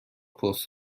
پست